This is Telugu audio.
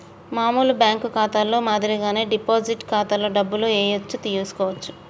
మామూలు బ్యేంకు ఖాతాలో మాదిరిగానే డిపాజిట్ ఖాతాలో డబ్బులు ఏయచ్చు తీసుకోవచ్చు